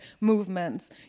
movements